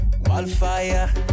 Wildfire